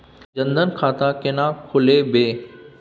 जनधन खाता केना खोलेबे?